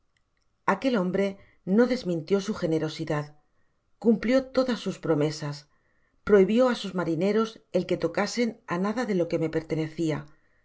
aquel hombre no desmintio su generosidad cumplio todas sus promesas prohibió á sus marineros el que tocasen á nada de lo que me pertenecia